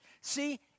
See